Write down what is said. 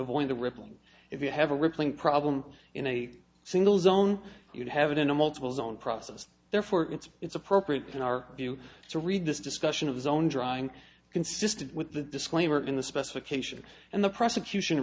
ripple if you have a rippling problem in a single zone you'd have it in a multiple zone process therefore it's appropriate in our view to read this discussion of his own drawing consisted with a disclaimer in the specification and the prosecution